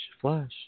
flash